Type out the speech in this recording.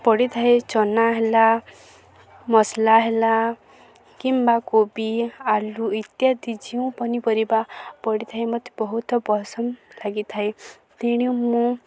ପଡ଼ିଥାଏ ଚଣା ହେଲା ମସଲା ହେଲା କିମ୍ବା କୋବି ଆଳୁ ଇତ୍ୟାଦି ଯେଉଁ ପନିପରିବା ପଡ଼ିଥାଏ ମୋତେ ବହୁତ ପସନ୍ଦ ଲାଗିଥାଏ ତେଣୁ ମୁଁ